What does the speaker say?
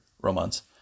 romance